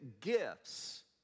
gifts